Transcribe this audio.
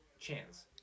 chance